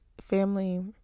Family